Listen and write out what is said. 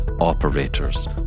operators